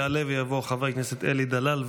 יעלה ויבוא חבר הכנסת אלי דלל,